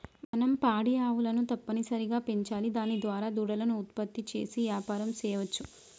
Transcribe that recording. మనం పాడి ఆవులను తప్పనిసరిగా పెంచాలి దాని దారా దూడలను ఉత్పత్తి చేసి యాపారం సెయ్యవచ్చు